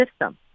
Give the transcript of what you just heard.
system